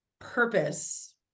purpose